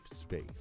space